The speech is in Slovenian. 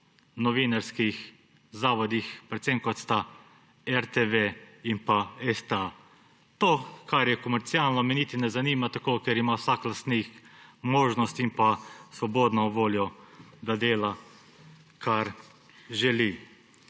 novinarskih zavodih, predvsem, kot sta RTV in STA. To, kar je komercialno, me niti ne zanima tako, ker ima vsak lastnik možnost in svobodno voljo, da dela, kar želi.